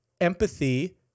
empathy